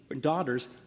daughters